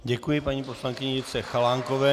Děkuji paní poslankyni Jitce Chalánkové.